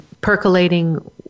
percolating